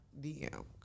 DM